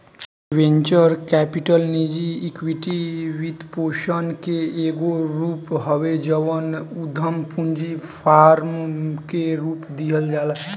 venture capital निजी equity वित्तपोषण के एगो रूप हवे जवन उधम पूंजी फार्म के दिहल जाला